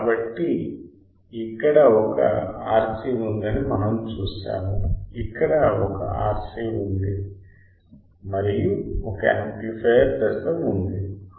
కాబట్టి ఇక్కడ ఒక RC ఉందని మనము చూశాము ఇక్కడ ఒక RC ఉంది మరియు ఒక యాంప్లిఫయర్ దశ ఉంది అవునా